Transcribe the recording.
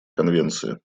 конвенции